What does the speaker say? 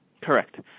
Correct